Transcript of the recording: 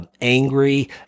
angry